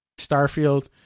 Starfield